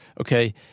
okay